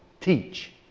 teach